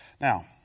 Now